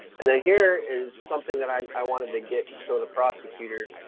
and then here is something that i i wanted to get to show the prosecutor,